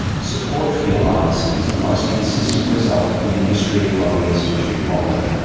support for the alliance is the most consistent result in the history of lowy institute polling.